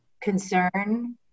concern